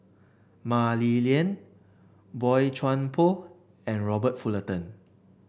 Mah Li Lian Boey Chuan Poh and Robert Fullerton